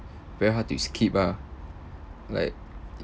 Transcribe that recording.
very hard to escape ah like